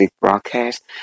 broadcast